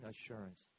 assurance